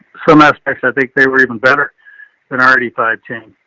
some aspects, i think they were even better than already five ten,